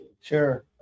Sure